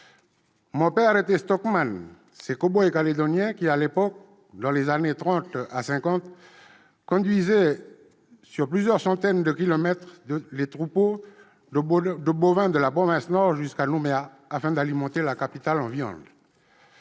Mon père était, ces cow-boys calédoniens qui, à l'époque, dans les années 1930 à 1950, conduisaient sur plusieurs centaines de kilomètres les troupeaux de bovins de la province Nord jusqu'à Nouméa, afin d'alimenter la capitale en viande.